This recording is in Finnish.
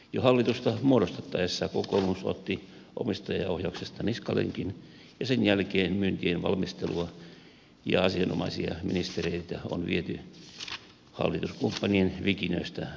jo hallitusta muodostettaessa kokoomus otti omistajaohjauksesta niskalenkin ja sen jälkeen myyntien valmistelua ja asianomaisia ministereitä on viety hallituskumppanien vikinöistä välittämättä